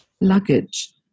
luggage